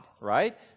right